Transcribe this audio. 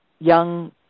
Young